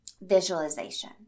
visualization